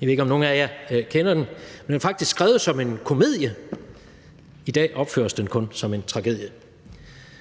Jeg ved ikke, om nogen af jer kender det, men det er faktisk skrevet som en komedie – i dag opføres det kun som en tragedie.